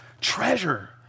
treasure